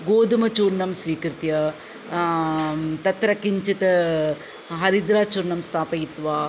गोधूमचूर्णं स्वीकृत्य तत्र किञ्चित् हरिद्राचूर्णं स्थापयित्वा